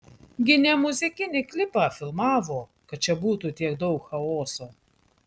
gi ne muzikinį klipą filmavo kad čia būtų tiek daug chaoso